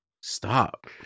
stop